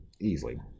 Easily